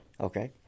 Okay